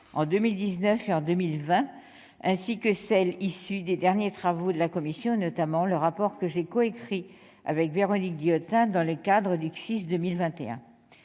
en 2019 et en 2020, ainsi que celles qui sont issues des derniers travaux de la commission, notamment le rapport que j'ai coécrit avec Véronique Guillotin dans le cadre du CSIS de 2021.